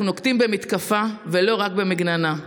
אנחנו נוקטים מתקפה, ולא רק מגננה.